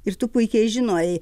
ir tu puikiai žinojai